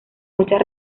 muchas